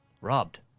Robbed